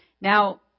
Now